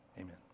Amen